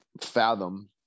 fathom